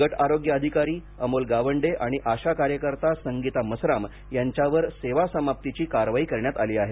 गट आरोग्य अधिकारी अमोल गावंडे आणि आशा वर्कर संगीता मसराम यांच्यावर सेवा समाप्तीची कारवाई करण्यात आली आहे